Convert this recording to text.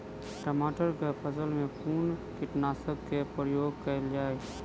टमाटर केँ फसल मे कुन कीटनासक केँ प्रयोग कैल जाय?